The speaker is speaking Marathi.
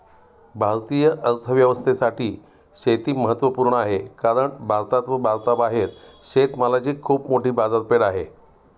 भारतीय अर्थव्यवस्थेसाठी शेती महत्वपूर्ण आहे कारण भारतात व भारताबाहेर शेतमालाची खूप मोठी बाजारपेठ आहे